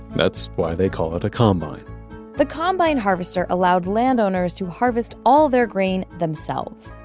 that's why they call it a combine the combine harvester allowed landowners to harvest all their grain themselves,